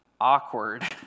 awkward